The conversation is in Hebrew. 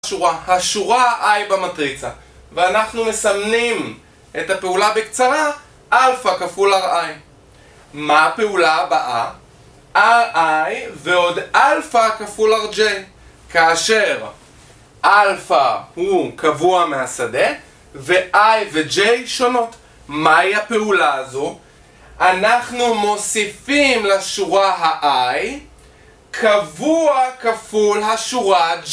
השורה ה-I במטריצה, ואנחנו מסמנים את הפעולה בקצרה Alpha כפול R-I מה הפעולה הבאה? R-I ועוד Alpha כפול R-J כאשר Alpha הוא קבוע מהשדה ו-I ו-J שונות מהי הפעולה הזו? אנחנו מוסיפים לשורה ה-I קבוע כפול השורה J